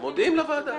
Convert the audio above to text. כן.